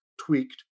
tweaked